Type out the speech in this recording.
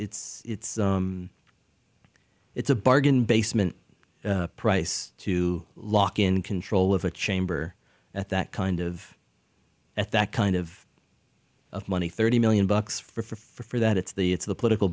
it's it's a bargain basement price to lock in control of a chamber at that kind of at that kind of money thirty million bucks for for for for that it's the it's the political